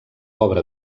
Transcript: obra